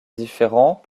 différent